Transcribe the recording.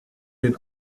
den